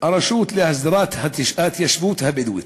הרשות להסדרת ההתיישבות הבדואית,